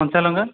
କଞ୍ଚାଲଙ୍କା